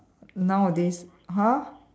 nowadays !huh!